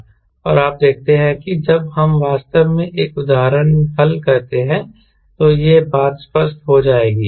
और आप देखते हैं कि जब हम वास्तव में एक उदाहरण हल करते हैं तो यह बात स्पष्ट हो जाएगी